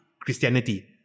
Christianity